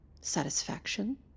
Satisfaction